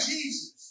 Jesus